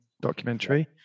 documentary